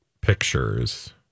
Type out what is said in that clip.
pictures